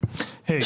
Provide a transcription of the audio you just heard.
(ה)